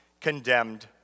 condemned